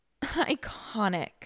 iconic